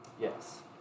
Yes